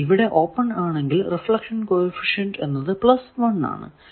ഇനി ഇവിടെ ഓപ്പൺ ആണെങ്കിൽ റിഫ്ലക്ഷൻ കോ എഫിഷ്യന്റ് എന്നത് 1 ആണ്